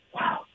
Wow